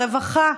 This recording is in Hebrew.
רווחה,